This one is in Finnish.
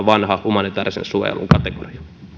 vanha humanitaarisen suojelun kategoria